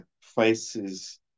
faces